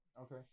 Okay